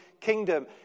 kingdom